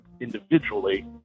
individually